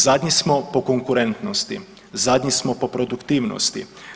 Zadnji smo po konkurentnosti, zadnji smo po produktivnosti.